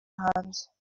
hanze